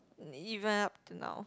even up till now